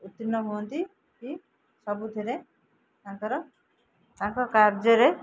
ଉତ୍ତୀର୍ଣ୍ଣ ହୁଅନ୍ତି କି ସବୁଥିରେ ତାଙ୍କର ତାଙ୍କ କାର୍ଯ୍ୟରେ